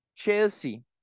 Chelsea